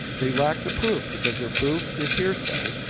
they lack the proof because their proof is hearsay,